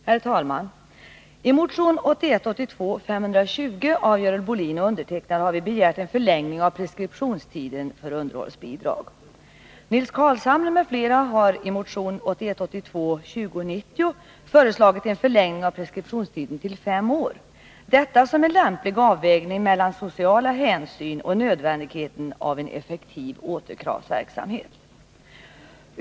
Herr talman! I motion 1981 82:2090 föreslagit en förlängning av preskriptionstiden till fem år, detta som en lämplig avvägning mellan sociala hänsyn och nödvändigheten av en effektiv återkravsverksamhet.